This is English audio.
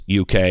UK